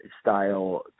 style